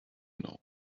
know